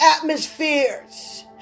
atmospheres